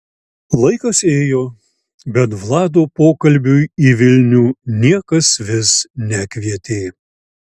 laikas ėjo bet vlado pokalbiui į vilnių niekas vis nekvietė